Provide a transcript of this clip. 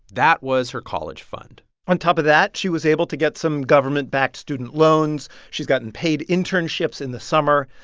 that was her college fund on top of that, she was able to get some government-backed student loans. she's gotten paid internships in the summer.